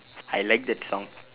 I like that song